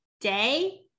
day